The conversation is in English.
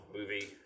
movie